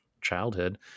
childhood